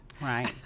Right